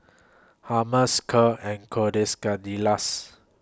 Hummus Kheer and Quesadillas